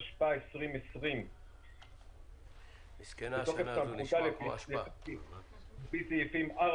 התשפ"א 2020 בתוקף סמכותה לפי סעיפים 4,